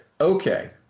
Okay